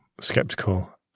skeptical